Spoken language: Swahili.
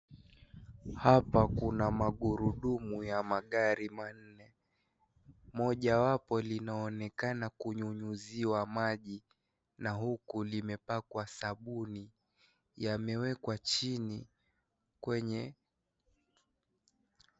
Hapa kuna magurudumu ya magari manne, moja wapo linaonekana kunyunyuziwa maji na huku limepakwa sabuni, yamewekwa chini kwenye.